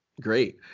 great